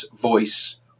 voice